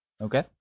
okay